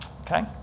okay